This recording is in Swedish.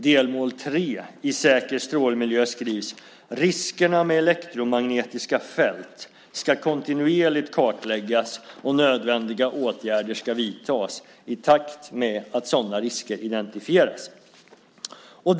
Delmål 3 i Säker strålmiljö skrivs: "Riskerna med elektromagnetiska fält skall kontinuerligt kartläggas och nödvändiga åtgärder skall vidtas i takt med att sådana eventuella risker identifieras."